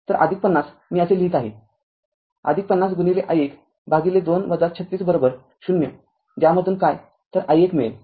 तर५० मी असे लिहीत आहे ५० गुणिले i१ भागिले २ ३६० ज्यामधून काय तर i१मिळेल